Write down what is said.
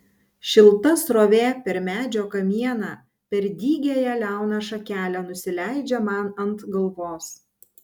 šilta srovė per medžio kamieną per dygiąją liauną šakelę nusileidžia man ant galvos